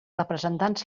representants